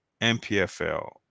MPFL